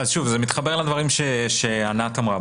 זה מתחבר לדברים שענת אמרה.